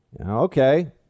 Okay